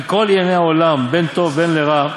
כי כל ענייני העולם, בין לטוב בין לרע,